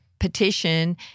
petition